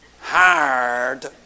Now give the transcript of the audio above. hard